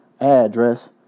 address